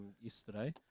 yesterday